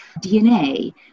DNA